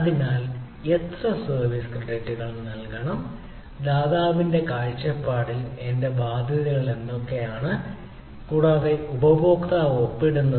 അതിനാൽ എത്ര സർവീസ് ക്രെഡിറ്റുകൾ നൽകണം ദാതാവിന്റെ കാഴ്ചപ്പാടിൽ ദാതാവിന്റെ എന്റെ ബാധ്യതകൾ എന്തൊക്കെയാണ് കൂടാതെ ഉപയോക്താവ് ഒപ്പിടുന്നത്